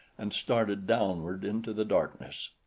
and started downward into the darkness.